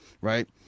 Right